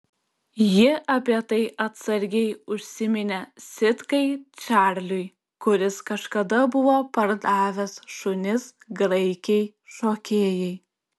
ji apie tai atsargiai užsiminė sitkai čarliui kuris kažkada buvo pardavęs šunis graikei šokėjai